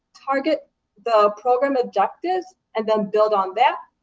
target the program objectives and then build on that.